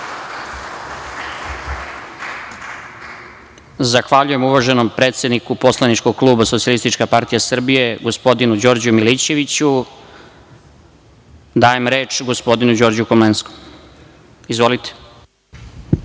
Zahvaljujem uvaženom predsedniku Poslaničkog kluba SPS, gospodinu Đorđu Milićeviću. Dajem reč gospodinu Đorđu Komlenskom. Izvolite.